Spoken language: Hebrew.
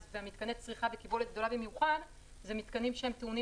והמתקנים לצריכה בקיבולת גדולה במיוחד זה מתקנים שטעונים